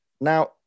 now